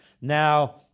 now